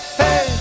hey